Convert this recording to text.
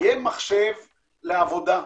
יהיה מחשב לעבודה.